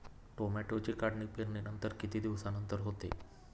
टोमॅटोची काढणी पेरणीनंतर किती दिवसांनंतर होते?